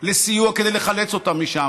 לסיוע כדי לחלץ אותן משם.